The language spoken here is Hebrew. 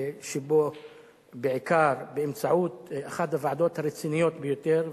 שבו בעיקר באמצעות אחת הוועדות הרציניות ביותר,